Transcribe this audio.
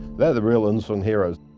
they're the real unsung heroes.